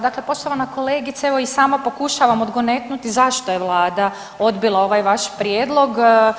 Dakle, poštovana kolegice, evo i sama pokušavam odgonetnuti zašto je Vlada odbila ovaj vaš Prijedlog.